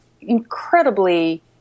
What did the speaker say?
incredibly